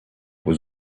was